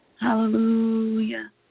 Hallelujah